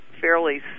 fairly